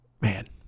man